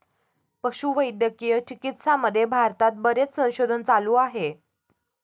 पशुवैद्यकीय चिकित्सामध्ये भारतात बरेच संशोधन चालू आहे